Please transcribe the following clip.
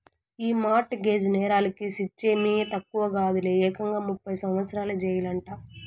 ఈ mortgage నేరాలకి శిచ్చేమీ తక్కువ కాదులే, ఏకంగా ముప్పై సంవత్సరాల జెయిలంట